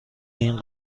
این